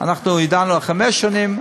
אנחנו ידענו על חמש שנים.